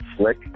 slick